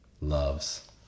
loves